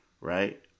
Right